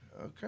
okay